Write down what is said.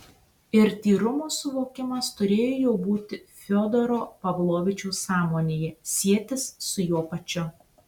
ir tyrumo suvokimas turėjo jau būti fiodoro pavlovičiaus sąmonėje sietis su juo pačiu